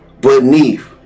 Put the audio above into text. beneath